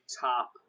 top